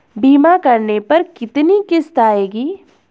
बीमा करने पर कितनी किश्त आएगी?